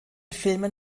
filmen